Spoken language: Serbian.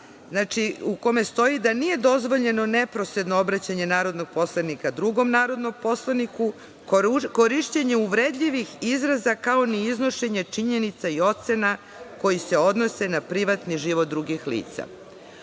u kome stoji da nije dozvoljeno neposredno obraćanje narodnog poslanika drugom narodnom poslaniku, korišćenje uvredljivih izraza, kao ni iznošenje činjenica i ocena koje se odnose na privatni život drugih lica. Od